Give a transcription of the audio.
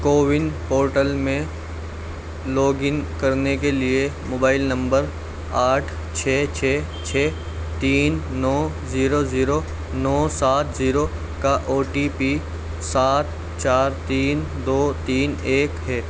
CoWIN portal میں log in کرنے کے لیے موبائل نمبر آٹھ چھ چھ چھ تین نو زیرو زیرو نو سات زیرو کا او ٹی پی سات چار تین دو تین ایک ہے